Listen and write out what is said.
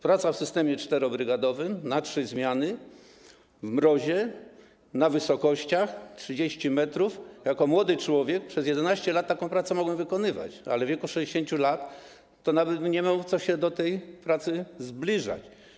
Praca w systemie 4-brygadowym, na trzy zmiany, na mrozie, na wysokościach, 30 m - jako młody człowiek przez 11 lat taką pracę mogłem wykonywać, ale w wieku 60 lat nawet bym nie miał co się do tej pracy zbliżać.